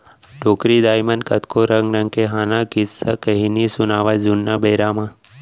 डोकरी दाइ मन कतको रंग रंग के हाना, किस्सा, कहिनी सुनावयँ जुन्ना बेरा म